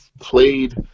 played